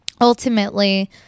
ultimately